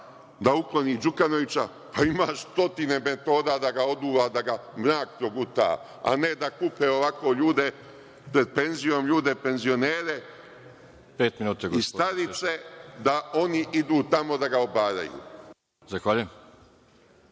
da ukloni Đukanovića, ima stotine metoda da ga oduva, da ga mrak proguta, a ne da kupe ljude ovako pred penzijom, ljude penzionere i starice da idu tamo da ga obaraju.